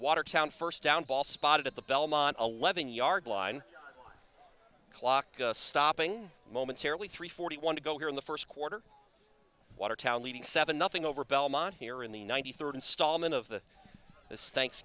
watertown first down ball spotted at the belmont eleven yard line clock stopping momentarily three forty one to go here in the first quarter watertown leading seven nothing over belmont here in the ninety third installment of the th